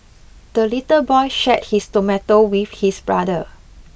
the little boy shared his tomato with his brother